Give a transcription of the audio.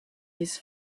his